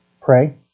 Pray